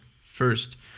first